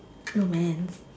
oh man